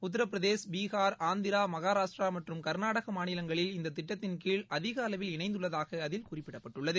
உத்திரபிரதேஷ் பீகார் ஆந்திரா மகாராஷ்டிரா மற்றும் கள்நாடகா மாநிலங்களில் இந்த திட்டத்தின் கீழ் அதிக அளவில் இணைந்துள்ளதாக அதில் குறிப்பிடப்பட்டுள்ளது